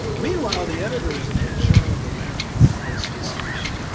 meanwhile, the editors at the journal of american medical association